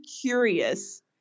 curious